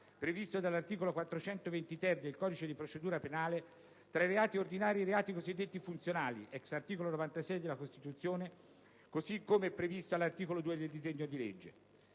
previsto dall'articolo 420-*ter* del codice di procedura penale, tra i reati ordinari e i reati cosiddetti funzionali, *ex* articolo 96 della Costituzione, così come previsto all'articolo 2 del disegno di legge.